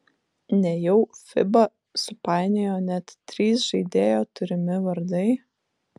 nejau fiba supainiojo net trys žaidėjo turimi vardai